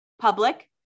Public